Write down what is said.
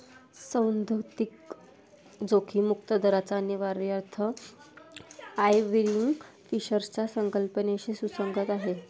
सैद्धांतिक जोखीम मुक्त दराचा अन्वयार्थ आयर्विंग फिशरच्या संकल्पनेशी सुसंगत आहे